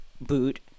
boot